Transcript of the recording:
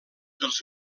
dels